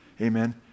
Amen